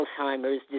Alzheimer's